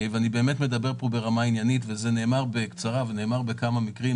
ואני באמת מדבר פה ברמה עניינית וזה נאמר בקצרה ונאמר בכמה מקרים,